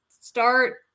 start